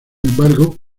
embargo